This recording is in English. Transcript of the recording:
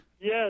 Yes